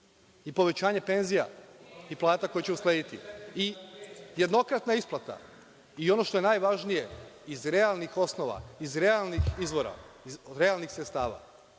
i povećanje penzija i plata koje će uslediti i jednokratna isplata, i ono što je najvažnije, iz realnih osnova, iz realnih izvora, iz realnih sredstava.